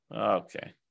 okay